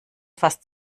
fast